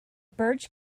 birch